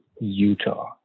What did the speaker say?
Utah